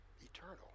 eternal